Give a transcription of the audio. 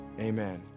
Amen